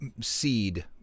seed